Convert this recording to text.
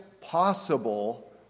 possible